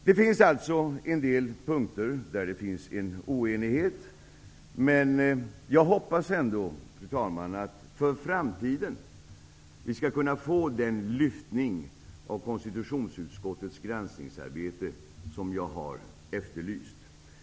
Det finns alltså en del punkter där det råder oenighet, men jag hoppas ändå, fru talman, att vi för framtiden skall kunna få den lyftning av konstitutionsutskottets granskningsarbete som jag har efterlyst.